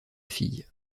fille